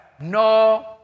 No